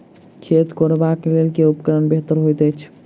खेत कोरबाक लेल केँ उपकरण बेहतर होइत अछि?